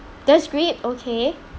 that's great okay